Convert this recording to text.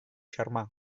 xarma